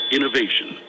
Innovation